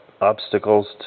obstacles